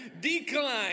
Decline